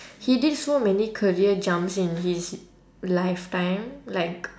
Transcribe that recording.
he did so many career jumps in his lifetime like